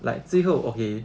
like 最后 okay